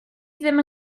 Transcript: ddim